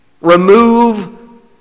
Remove